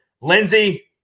Lindsey